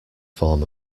form